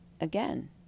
again